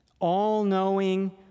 all-knowing